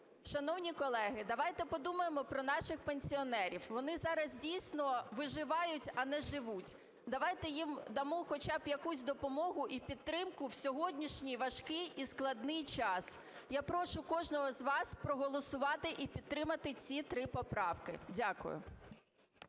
Шановні колеги, давайте подумаємо про наших пенсіонерів, вони зараз дійсно виживають, а не живуть. Давайте їм дамо хоча б якусь допомогу і підтримку в сьогоднішній важкий і складний час. Я прошу кожного з вас проголосувати і підтримати ці три поправки. Дякую.